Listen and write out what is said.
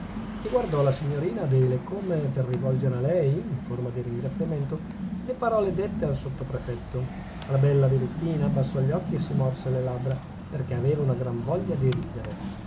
e guardò la signorina adele come per rivolgere a lei in forma di ringraziamento le parole dette al sottoprefetto la bella birichina abbassò gli occhi e si morse le labbra perchè aveva una gran voglia di ridere